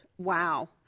Wow